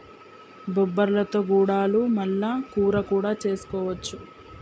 బొబ్బర్లతో గుడాలు మల్ల కూర కూడా చేసుకోవచ్చు